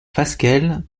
fasquelle